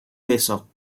besok